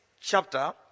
chapter